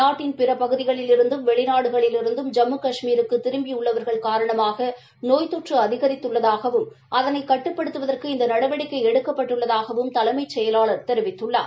நாட்டின் பிற பகுதிகளிலிருந்தும் வெளி நாடுகளிலிருந்தும் ஜம்மு கஷ்மீருக்கு திரும்பியுள்ளவா்கள் காரணமாக நோய் தொற்று அதிகரித்துள்ளதாகவும் அதனை கட்டுப்படுத்துவதற்கு இந்த நடவடிக்கை எடுக்கப்பட்டுள்ளதாகவும் தலைமைச் செயலாளர் தெரிவித்துள்ளார்